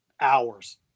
hours